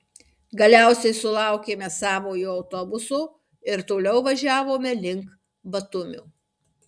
galiausiai sulaukėme savojo autobuso ir toliau važiavome link batumio